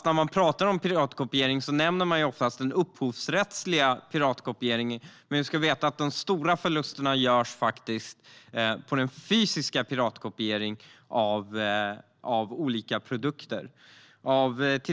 När man pratar piratkopiering nämner man oftast den upphovsrättsliga piratkopieringen. Men de stora förlusterna görs faktiskt på den fysiska piratkopieringen av olika produkter.